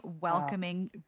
welcoming